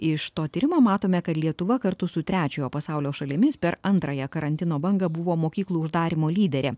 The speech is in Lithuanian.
iš to tyrimo matome kad lietuva kartu su trečiojo pasaulio šalimis per antrąją karantino bangą buvo mokyklų uždarymo lyderė